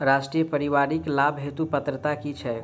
राष्ट्रीय परिवारिक लाभ हेतु पात्रता की छैक